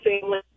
family